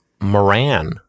Moran